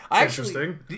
Interesting